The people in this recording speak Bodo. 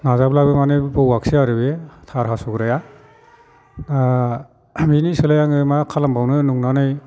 नाजाब्लाबो माने बौवासै आरो बेयो थार हास'ग्राया बिनि सोलाय आङो मा खालामबावनो नंनानै